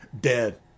Dead